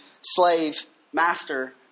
slave-master